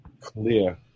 clear